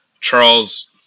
Charles